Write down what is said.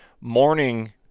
morning